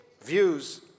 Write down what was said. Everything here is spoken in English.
views